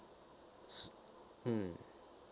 s~ mm